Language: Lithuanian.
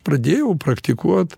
pradėjau praktikuoti